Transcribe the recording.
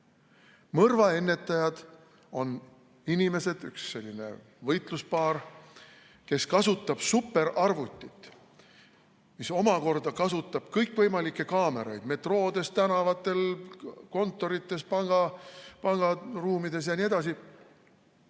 Mõrvaennetajad on üks selline võitluspaar, kes kasutab superarvutit, mis omakorda kasutab kõikvõimalikke kaameraid metroodes, tänavatel, kontorites, pangaruumides jne, mis